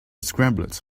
scrambled